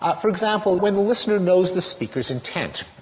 ah for example, when the listener knows the speaker's intent.